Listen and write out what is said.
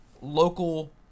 local